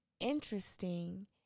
interesting